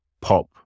pop